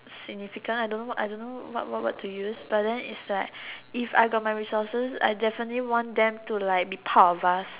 significant I don't know I don't know what word to use but then is like if I got the resources I definitely want them to be part of us